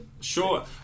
Sure